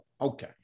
Okay